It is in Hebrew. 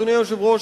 אדוני היושב-ראש,